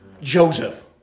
Joseph